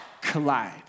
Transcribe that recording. collide